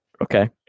Okay